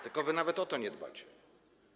Tylko wy nawet o to nie dbacie.